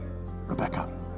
Rebecca